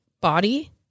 Body